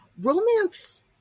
romance